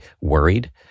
worried